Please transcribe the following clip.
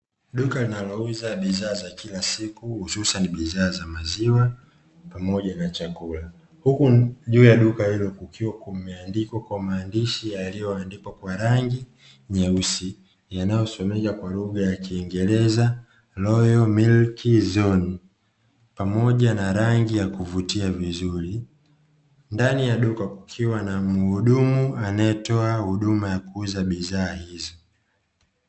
Duka linalouza bidhaa za kila siku hususani ni bidhaa za maziwa pamoja na chakula. Huku nje ya duka hilo kukiwa kumeandikwa kwa maandishi yaliyoandikwa kwa rangi nyeusi yanayosomeka kwa lugha ya kiingereza "ROYAL MILK ZONE" pamoja na rangi ya kuvutia vizuri. Ndani ya duka kukiwa na mhudumu anayetoa huduma ya kuuza bidhaa hizo.